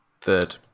Third